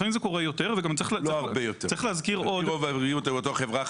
לכן צריך להפוך את הפרוצדורה הזאת ליותר פשוטה.